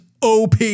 OP